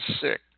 sick